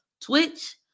Twitch